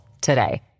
today